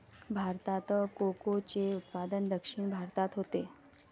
भारतात कोकोचे उत्पादन दक्षिण भारतात होते